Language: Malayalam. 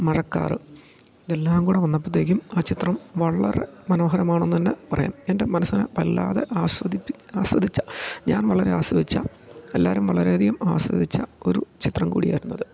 മഴക്കാറ് ഇതെല്ലാം കൂടെ വന്നപ്പത്തേക്കും ആ ചിത്രം വളരെ മനോഹരമാണ് എന്ന് തന്നെ പറയാം എൻ്റെ മനസ്സിനെ വല്ലാതെ ആസ്വദിപ്പിച്ച ആസ്വദിച്ച ഞാൻ വളരെ ആസ്വദിച്ച എല്ലാരും വളരെ അധികം ആസ്വദിച്ച ഒരു ചിത്രം കൂടിയായിരുന്നത്